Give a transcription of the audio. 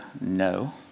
no